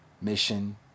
mission